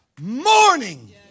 morning